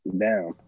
down